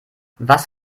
was